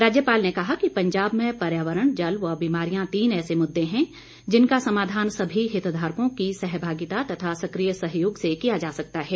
राज्यपाल ने कहा कि पंजाब में पर्यावरण जल व बीमारियां तीन ऐसे मुद्दे हैं जिनका समाधान सभी हितधारकों की सहभागिता तथा सक्रिय सहयोग से किया जा सकता है